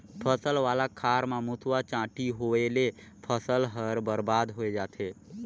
फसल वाला खार म मूसवा, चांटी होवयले फसल हर बरबाद होए जाथे